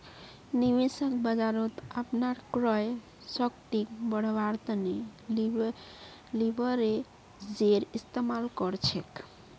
निवेशक बाजारत अपनार क्रय शक्तिक बढ़व्वार तने लीवरेजेर इस्तमाल कर छेक